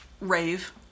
rave